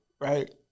right